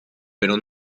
pero